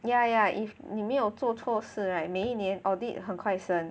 ya ya if 你没有做错事 right 每一年 audit 很快升